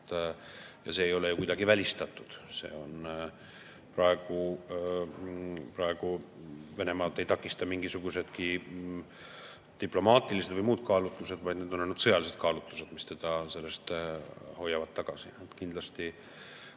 See ei ole ju kuidagi välistatud. Praegu Venemaad ei takista mingisugusedki diplomaatilised või muud kaalutlused, vaid need on ainult sõjalised kaalutlused, mis teda tagasi hoiavad. Kindlasti,